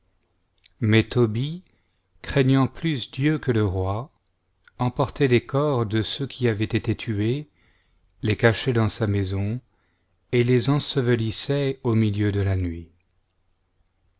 mais tobie craignant plus dieu que le roi emportait les corps de ceux qui avaient été tués les cachait dans sa maison et les ensevelissait au milieu de la nuit